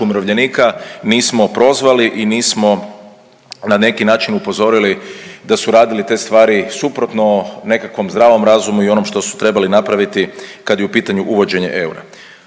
umirovljenika. Nismo prozvali i nismo na neki način upozorili da su radili ste stvari suprotno nekakvom zdravom razumu i onom što su trebali napraviti kad je u pitanju uvođenje eura.